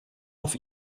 auf